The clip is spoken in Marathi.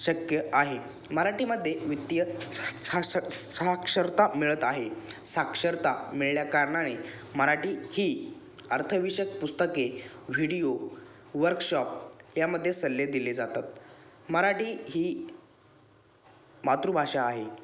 शक्य आहे मराठीमध्ये वित्तीय साक्ष साक्षरता मिळत आहे साक्षरता मिळल्याकारणाने मराठी ही अर्थविषयक पुस्तके व्हिडिओ वर्कशॉप यामध्ये सल्ले दिले जातात मराठी ही मातृभाषा आहे